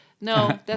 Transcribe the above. No